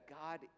God